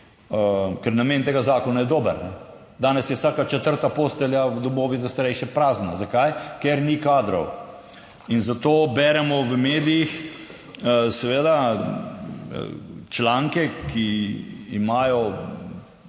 ker namen tega zakona je dober. Danes je vsaka četrta postelja v domovih za starejše prazna. Zakaj? Ker ni kadrov. In zato beremo v medijih, seveda članke, ki imajo dobro